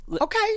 Okay